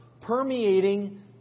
permeating